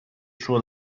suo